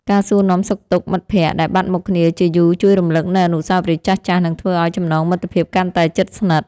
ការសួរនាំសុខទុក្ខមិត្តភក្តិដែលបាត់មុខគ្នាជាយូរជួយរំលឹកនូវអនុស្សាវរីយ៍ចាស់ៗនិងធ្វើឱ្យចំណងមិត្តភាពកាន់តែជិតស្និទ្ធ។